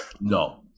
No